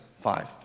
five